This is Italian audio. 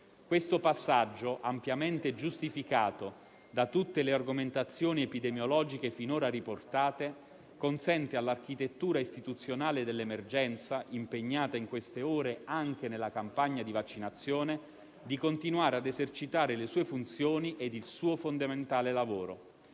Questo passaggio, ampiamente giustificato da tutte le argomentazioni epidemiologiche finora riportate, consente all'architettura istituzionale dell'emergenza, impegnata in queste ore anche nella campagna di vaccinazione, di continuare a esercitare le sue funzioni e il suo fondamentale lavoro.